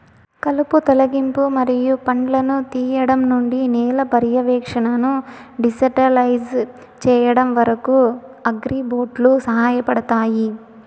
కలుపు తొలగింపు మరియు పండ్లను తీయడం నుండి నేల పర్యవేక్షణను డిజిటలైజ్ చేయడం వరకు, అగ్రిబోట్లు సహాయపడతాయి